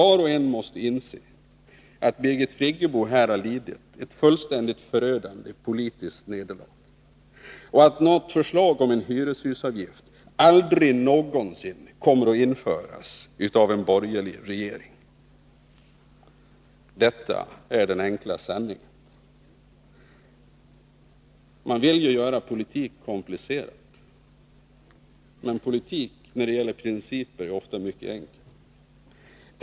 Var och en måste inse att Birgit Friggebo har lidit ett fullständigt förödande politiskt nederlag och att något förslag om hyreshusavgift aldrig någonsin kommer att läggas fram av en borgerlig regering. Det är den enkla sanningen. Man vill ju göra politik komplicerad, men politik när det gäller principer är ofta mycket enkel.